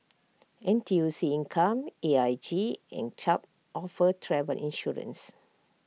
N T U C income A I G and Chubb offer travel insurance